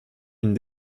une